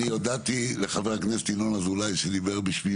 אני הודעתי לחבר הכנסת ינון אזולאי שדיבר בשמי